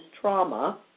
trauma